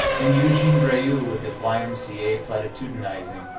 then eugene brieux, with his y. m. c. a. platitudinizing,